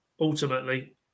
ultimately